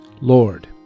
Lord